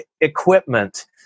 equipment